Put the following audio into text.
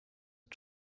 joy